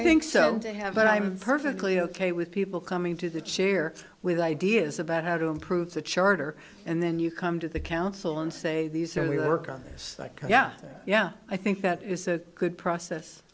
have but i'm perfectly ok with people coming to the cheer with ideas about how to improve the charter and then you come to the council and say these are we work on this like yeah yeah i think that is a good process